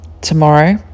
tomorrow